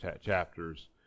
chapters